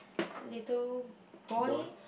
little boy